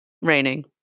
raining